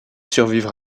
survivre